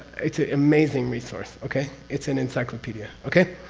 it's an amazing resource. okay? it's an encyclopedia. okay?